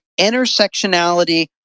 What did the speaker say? intersectionality